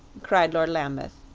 cried lord lambeth.